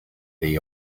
they